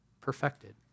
Perfected